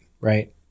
right